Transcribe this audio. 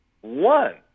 one